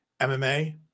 MMA